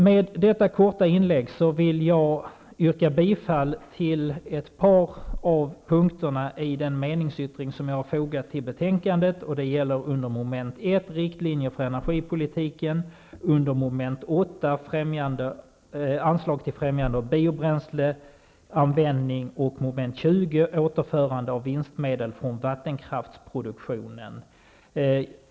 Med detta korta inlägg vill jag yrka bifall till ett par av momenten i den meningsyttring som jag har fogat till betänkandet, och det är mom. beträffande anslag till främjande av biobränsleanvändning och mom. 20 beträffande återförande av vinstmedel från vattenkraftsproduktionen.